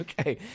okay